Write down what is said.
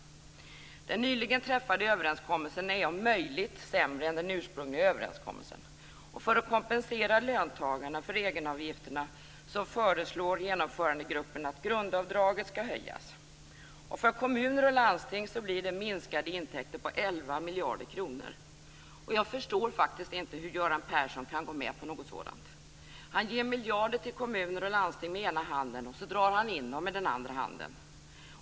Den nyligen träffade överenskommelsen är om möjligt sämre än den ursprungliga överenskommelsen. För att kompensera löntagarna för egenavgifterna föreslår genomförandegruppen att grundavdraget skall höjas. För kommuner och landsting blir det minskade intäkter på 11 miljarder kronor. Jag förstår faktiskt inte hur Göran Persson kan gå med på något sådant? Han ger miljarder till kommuner och landsting med ena handen och drar in dem med den andra handen.